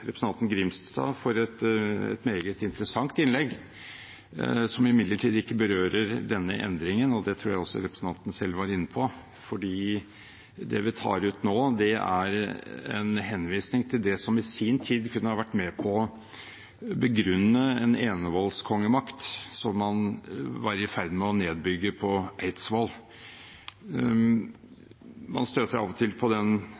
representanten Grimstad for et meget interessant innlegg, som imidlertid ikke berører denne endringen – det tror jeg også representanten selv var inne på – fordi det vi tar ut nå, er en henvisning til det som i sin tid kunne ha vært med på å begrunne en enevoldskongemakt, som man var i ferd med å nedbygge på Eidsvoll. Man støter av og til på den